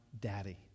Daddy